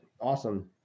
awesome